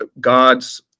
God's